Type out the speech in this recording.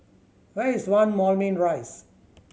where is One Moulmein Rise